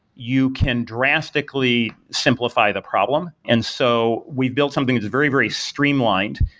you can drastically simplify the problem. and so we've built something that's very, very streamlined.